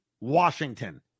Washington